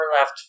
left